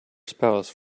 spouse